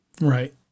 right